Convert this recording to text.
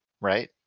right